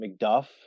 McDuff